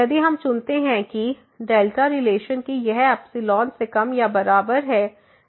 यदि हम चुनते हैं रिलेशन कि यह से कम या बराबर है